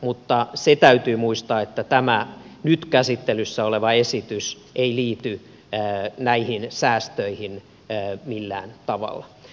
mutta se täytyy muistaa että tämä nyt käsittelyssä oleva esitys ei liity näihin säästöihin millään tavalla